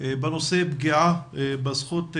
בנושא פגיעה בזכות לחינוך,